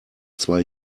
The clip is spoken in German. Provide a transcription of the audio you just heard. zwei